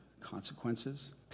consequences